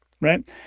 right